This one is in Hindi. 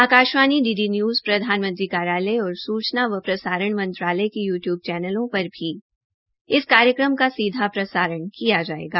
आकाशवाणी डीडी न्यूज प्रधानमंत्री कार्यालचय और सूचना व प्रसारण मंत्रालय के यूट्यूब चैनलों पर भी इस कार्यक्रम का सीधा प्रसारण किया जायेगा